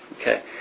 Okay